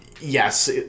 Yes